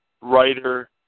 writer